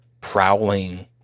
prowling